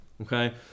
Okay